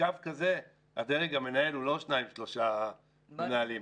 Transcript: ובקו כזה הדרג המנהל הוא לא שניים-שלושה מנהלים.